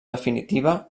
definitiva